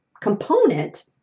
component